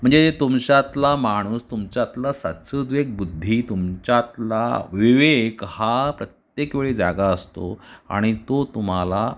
म्हणजे तुमच्यातला माणूस तुमच्यातला सद्सदविवेकबुद्धी तुमच्यातला विवेक हा प्रत्येक वेळी जागा असतो आणि तो तुम्हाला